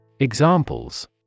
Examples